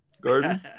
Garden